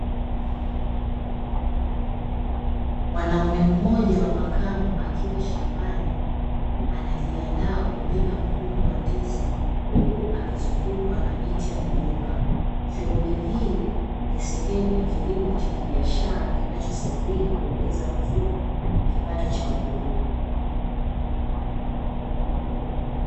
Mwanaume mmoja wa makamu akiwa shambani anajiandaa kubeba mkungu wa ndizi huku akizungukwa na miti ya migomba. Shughuli hii ni sehemu ya kilimo cha kibiashara kinachosadia kuongeza mavuno na kipato cha wakulima.